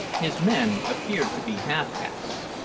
his men appeared to be half-castes.